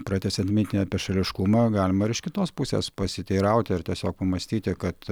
pratęsiant mintį apie šališkumą galima ir iš kitos pusės pasiteirauti ir tiesiog pamąstyti kad